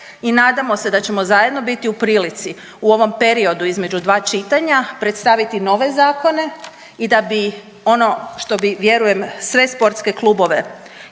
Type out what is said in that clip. i nadamo se da ćemo zajedno biti u prilici u ovom periodu između dva čitanja predstaviti nove zakone i da bi ono što bi vjerujem sve sportske klubove